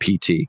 PT